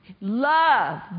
Love